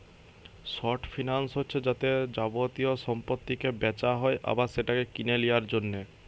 short finance হচ্ছে যাতে যাবতীয় সম্পত্তিকে বেচা হয় আবার সেটাকে কিনে লিয়ার জন্যে